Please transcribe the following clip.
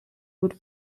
would